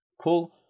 cool